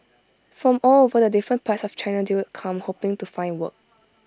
from all over the different parts of China they'd come hoping to find work